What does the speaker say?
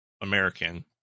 American